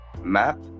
map